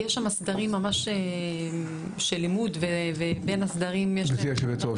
כי יש שם סדרים ממש של לימוד ובין הסדרים --- גברתי יושבת הראש,